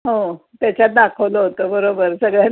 हो त्याच्यात दाखवलं होतं बरोबर सगळ्यांना